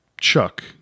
chuck